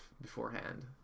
beforehand